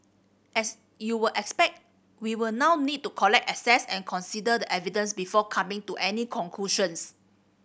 as you will expect we will now need to collect assess and consider the evidence before coming to any conclusions